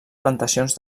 plantacions